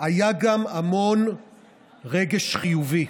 היו גם המון רגש חיובי,